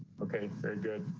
okay, very good.